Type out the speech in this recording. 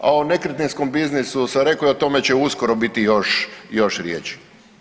A o nekretninskom biznisu sam rekao i o tome će uskoro biti još riječi.